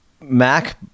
mac